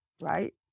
right